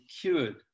cured